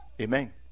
Amen